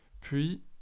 puis